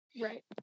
Right